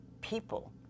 people